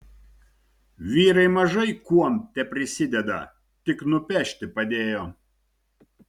vyrai mažai kuom teprisideda tik nupešti padėjo